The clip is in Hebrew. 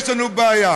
יש לנו בעיה.